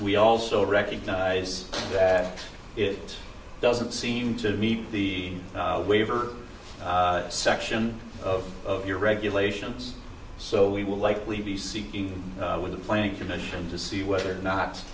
we also recognize that it doesn't seem to meet the waiver section of your regulations so we will likely be seeking with a planning commission to see whether or not